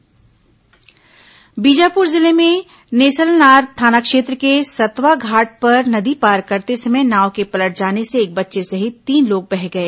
बीजापुर नाव पलटी बीजापुर जिले में नेलेसनार थाना क्षेत्र के सतवा घाट पर नदी पार करते समय नाव के पलट जाने से एक बच्चे सहित तीन लोग बह गए